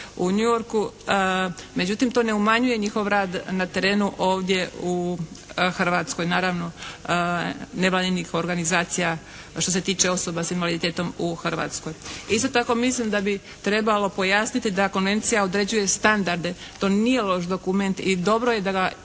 u New Yorku. Međutim, to ne umanjuje njihov rad na terenu ovdje u Hrvatskoj. Naravno, nevladinih organizacija što se tiče osoba sa invaliditetom u Hrvatskoj. Isto tako mislim da bi trebalo pojasniti da konvencija određuje standarde. To nije loš dokument i dobro je da ga imamo